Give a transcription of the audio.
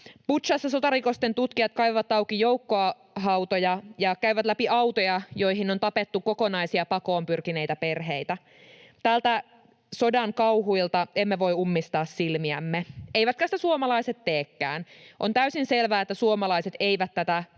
Butšassa sotarikosten tutkijat kaivavat auki joukkohautoja ja käyvät läpi autoja, joihin on tapettu kokonaisia pakoon pyrkineitä perheitä. Näiltä sodan kauhuilta emme voi ummistaa silmiämme, eivätkä sitä suomalaiset teekään. On täysin selvää, että suomalaiset eivät tätä